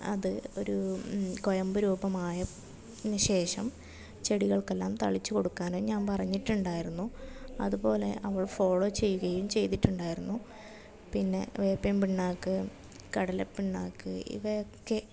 അത് ഒരു കുഴമ്പ് രൂപമായ ശേഷം ചെടികൾക്കെല്ലാം തളിച്ചു കൊടുക്കാനും ഞാൻ പറഞ്ഞിട്ടുണ്ടായിരുന്നു അതുപോലെ അവൾ ഫോളോ ചെയ്യുകയും ചെയ്തിട്ടുണ്ടായിരുന്നു പിന്നെ വേപ്പിൻപിണ്ണാക്ക് കടലപ്പിണ്ണാക്ക് ഇവയൊക്കെ